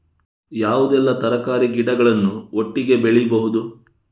ಯಾವುದೆಲ್ಲ ತರಕಾರಿ ಗಿಡಗಳನ್ನು ಒಟ್ಟಿಗೆ ಬೆಳಿಬಹುದು?